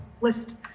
list